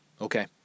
okay